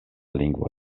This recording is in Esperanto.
lingvo